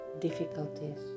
difficulties